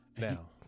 Now